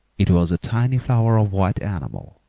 it was a tiny flower of white enamel,